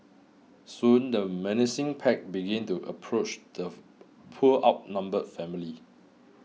soon the menacing pack began to approach the poor outnumbered family